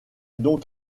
donc